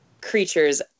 creatures